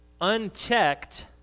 unchecked